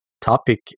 topic